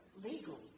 legal